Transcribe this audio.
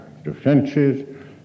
Defenses